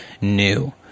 new